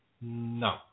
No